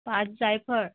पाच जायफळ